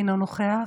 אינו נוכח,